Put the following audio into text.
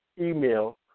email